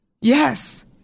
yes